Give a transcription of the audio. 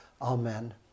Amen